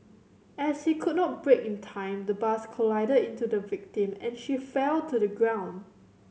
as he could not brake in time the bus collided into the victim and she fell to the ground